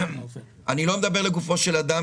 אני לא מדבר לגופו של אדם,